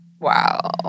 Wow